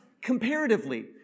comparatively